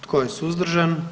Tko je suzdržan?